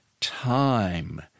time